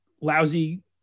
lousy